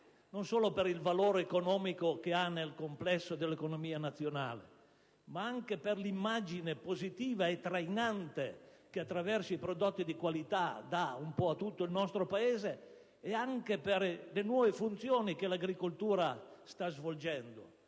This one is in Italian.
non solo per il valore economico che ha nel complesso dell'economia nazionale, ma anche per l'immagine positiva e trainante che attraverso i prodotti di qualità dà un po' a tutto il nostro Paese ed anche per le nuove funzioni che l'agricoltura sta svolgendo.